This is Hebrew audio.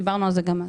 דיברנו על כך גם אז.